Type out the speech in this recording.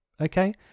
okay